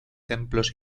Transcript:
templos